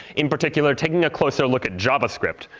in particular, taking a closer look at javascript,